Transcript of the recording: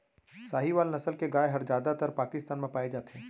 साहीवाल नसल के गाय हर जादातर पाकिस्तान म पाए जाथे